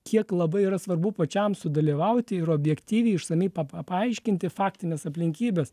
kiek labai yra svarbu pačiam sudalyvauti ir objektyviai išsamiai papa paaiškinti faktines aplinkybes